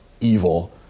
evil